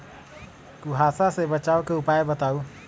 कुहासा से बचाव के उपाय बताऊ?